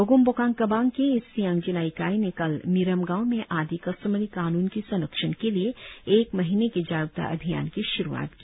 बोगुम बोकांग केबांग के ईस्ट सियांग जिला इकाई ने कल मिरम गांव में आदी कस्टोमरी कानून की संरक्षण के लिए एक महीने की जागरुकता अभियान की श्रुआत की